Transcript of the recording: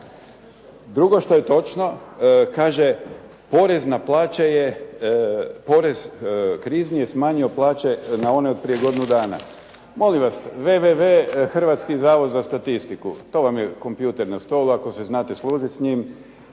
Drugo što je točno kaže porez na plaće je porez krizni je smanjio plaće na one od prije godinu dana. Molim vas www.hrvatskizavodzastatistiku. Tu vam je kompjuter na stolu ako se znate služit s njim